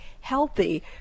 healthy